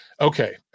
Okay